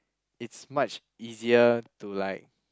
it's much easier to like